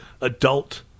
adult